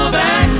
back